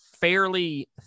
fairly